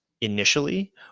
initially